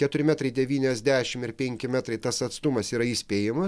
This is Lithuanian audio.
keturi metrai devyniasdešimt ir penki metrai tas atstumas yra įspėjimas